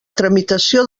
tramitació